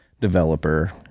developer